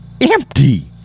empty